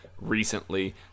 recently